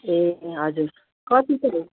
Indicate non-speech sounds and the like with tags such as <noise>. ए हजुर कति <unintelligible>